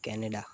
Canada